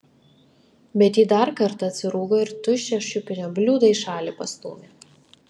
bet ji dar kartą atsirūgo ir tuščią šiupinio bliūdą į šalį pastūmė